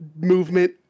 movement